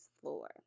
floor